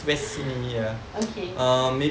okay